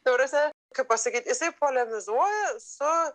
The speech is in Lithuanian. ta prasme kaip pasakyt jisai polemizuoja su